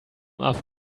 off